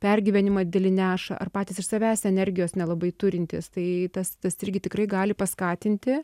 pergyvenimą didelį neša ar patys iš savęs energijos nelabai turintys tai tas tas irgi tikrai gali paskatinti